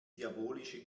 diabolische